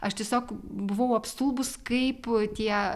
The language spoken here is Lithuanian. aš tiesiog buvau apstulbus kaip tie